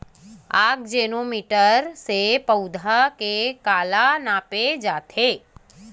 आकजेनो मीटर से पौधा के काला नापे जाथे?